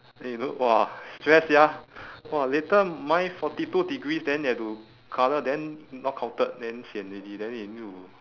eh don't !wah! stress sia !wah! later mine forty two degrees then they have to colour then not counted then sian already then they need to